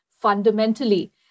fundamentally